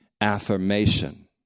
affirmation